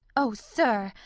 oh! sir,